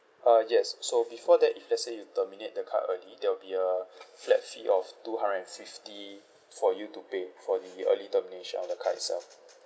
uh yes so before that if let's say you terminate the card early there'll be a flat fee of two hundred and fifty for you to pay for the early termination of the card itself